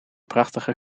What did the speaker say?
prachtige